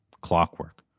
Clockwork